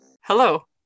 Hello